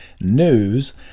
news